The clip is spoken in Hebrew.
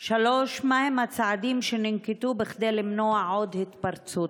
3. מה הם הצעדים שננקטו כדי למנוע עוד התפרצות?